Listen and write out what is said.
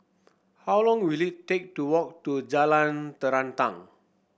how long will it take to walk to Jalan Terentang